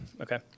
Okay